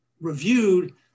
reviewed